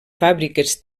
fàbriques